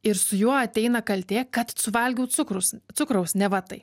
ir su juo ateina kaltė kad suvalgiau cukrus cukraus neva tai